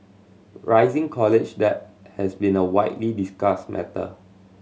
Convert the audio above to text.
rising college debt has been a widely discussed matter